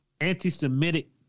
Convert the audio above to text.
anti-Semitic